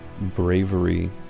bravery